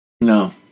No